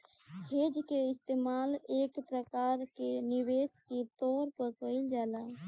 hedge के इस्तेमाल एक प्रकार के निवेश के तौर पर कईल जाला